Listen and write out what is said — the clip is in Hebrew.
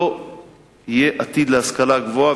לא יהיה עתיד להשכלה גבוהה,